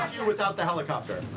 without the helicopter.